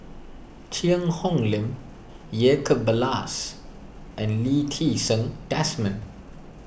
Cheang Hong Lim Jacob Ballas and Lee Ti Seng Desmond